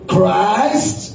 Christ